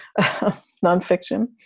nonfiction